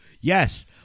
Yes